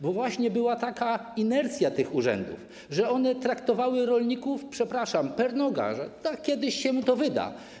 Bo właśnie była taka inercja tych urzędów, że one traktowały rolników, przepraszam, per noga: tak, kiedyś się mu to wyda.